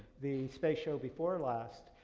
the space show before last,